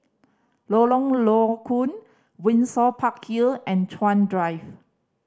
Lorong Low Koon Windsor Park Hill and Chuan Drive